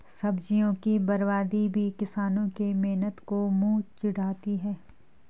सब्जियों की बर्बादी भी किसानों के मेहनत को मुँह चिढ़ाती है